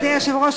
אדוני היושב-ראש,